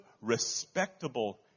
respectable